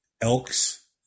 Elks